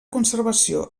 conservació